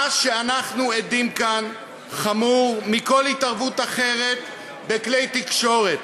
מה שאנחנו עדים לו כאן חמור מכל התערבות אחרת בכלי תקשורת.